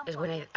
twenty